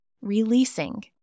releasing